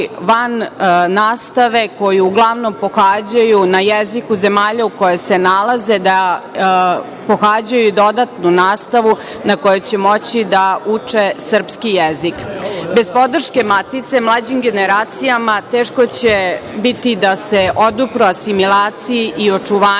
van nastave koju uglavnom pohađaju na jeziku zemalja u kojoj se nalaze, da pohađaju dodatnu nastavu gde će moći da uče srpski jezik. Bez podrške matice, mislim na mlađe generacije, teško će biti da se odupru asimilaciji i očuvanju